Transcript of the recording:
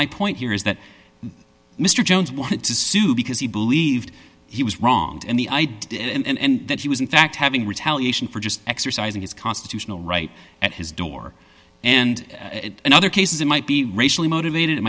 my point here is that mr jones wanted to sue because he believed he was wronged in the idea and that he was in fact having retaliation for just exercising his constitutional right at his door and in other cases it might be racially motivated it